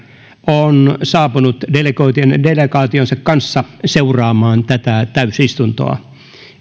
on saapunut delegaationsa delegaationsa kanssa seuraamaan tätä täysistuntoa